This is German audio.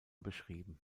beschrieben